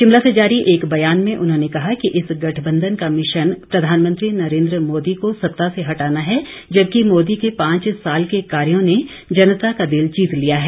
शिमला से जारी एक ब्यान में उन्होंने कहा कि इस गठबंधन का मिशन प्रधानमंत्री नरेंद्र मोदी को सत्ता से हटाना है जबकि मोदी के पांच साल के कार्यो ने जनता का दिल जीत लिया है